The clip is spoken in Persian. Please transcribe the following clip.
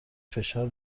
فشار